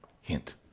Hint